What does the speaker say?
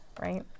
right